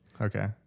Okay